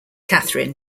kathryn